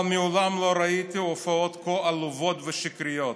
אבל מעולם לא ראיתי הופעות כה עלובות ושקריות.